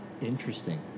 Interesting